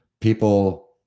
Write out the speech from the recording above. People